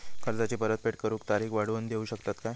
कर्जाची परत फेड करूक तारीख वाढवून देऊ शकतत काय?